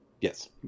Yes